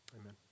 amen